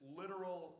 literal